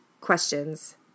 questions